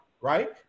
right